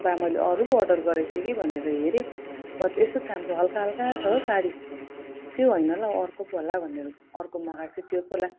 बा मैले अरू पो अडर गरेको थिएँ कि भनेर हेरेँ भरै त यस्तो छाम्छु हल्का हल्का छ हो साडी त्यो होइन होला अर्को पो होला भनेर अर्को मगाएको थिएँ त्यो पो होला